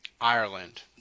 Ireland